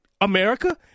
America